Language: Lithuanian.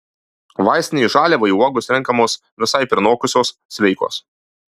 vaistinei žaliavai uogos renkamos visai prinokusios sveikos